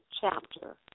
chapter